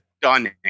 stunning